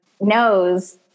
knows